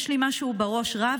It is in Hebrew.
יש לי משהו בראש רע,